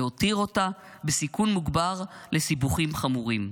והותיר אותה בסיכון מוגבר לסיבוכים חמורים.